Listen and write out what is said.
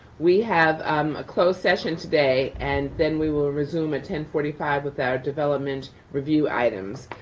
we have um a closed session today, and then we will resume at ten forty five with our development review items.